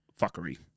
Fuckery